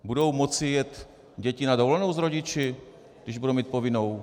Budou moci jet na dovolenou s rodiči, když budou mít povinnou?